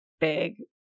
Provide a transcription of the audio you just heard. big